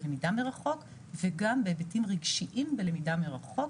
בלמידה מרחוק וגם בהיבטים רגשיים בלמידה מרחוק.